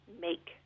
make